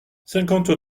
cinquante